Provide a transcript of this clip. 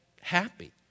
happy